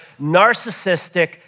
narcissistic